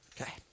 okay